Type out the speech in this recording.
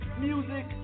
Music